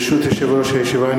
ברשות יושב-ראש הישיבה,